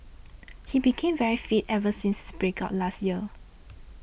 he became very fit ever since his break up last year